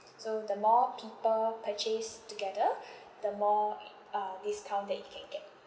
so the more people purchase together the more i~ uh discount that you can get